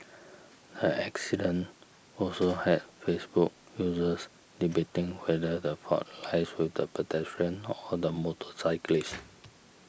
the accident also had Facebook users debating whether the fault lies with the pedestrian or the motorcyclist